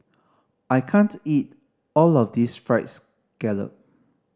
I can't eat all of this Fried Scallop